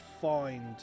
find